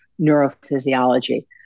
neurophysiology